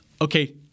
okay